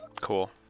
Cool